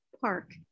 Park